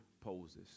poses